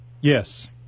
Yes